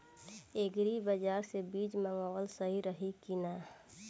Agri bazaar से बीज मंगावल सही रही की ना?